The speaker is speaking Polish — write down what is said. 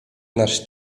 nasz